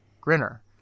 Grinner